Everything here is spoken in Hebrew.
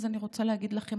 אז אני רוצה להגיד לכם,